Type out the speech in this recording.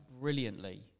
brilliantly